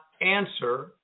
answer